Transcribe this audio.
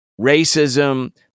racism